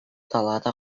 талаада